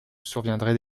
surviendraient